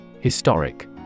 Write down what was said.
Historic